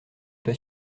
pas